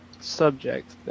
subject